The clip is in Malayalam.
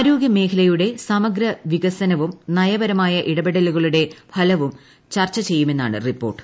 ആരോഗ്യ മേഖലയുടെ സമഗ്ര വികസനവും നയപരമായ ഇടപെടലുകളുടെ അനന്തര ഫലവും ചർച്ച ചെയ്യുന്നതാണ് റിപ്പോർട്ട്